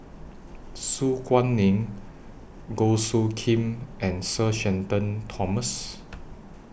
Su Guaning Goh Soo Khim and Sir Shenton Thomas